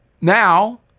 Now